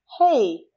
Hey